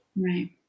Right